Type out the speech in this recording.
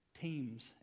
teams